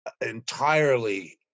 entirely